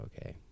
okay